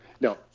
No